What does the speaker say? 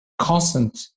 constant